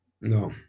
no